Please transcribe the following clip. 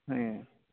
ᱦᱮᱸ